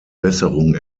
besserung